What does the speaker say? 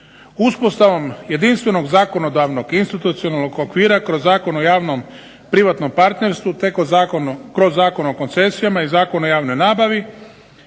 Uspostavom jedinstvenog zakonodavnog, institucionalnog okvira kroz Zakon o javno-privatnom partnerstvu te kroz Zakon o koncesijama i Zakon o javnoj nabavi